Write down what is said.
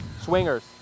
Swingers